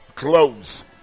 Close